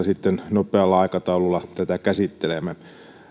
sitten nopealla aikataululla tätä käsittelemme